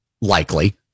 likely